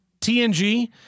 TNG